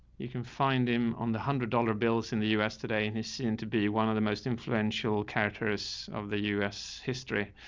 you can find him on the a hundred dollars bills in the u s today, and he seemed to be one of the most influential characters of the u s history.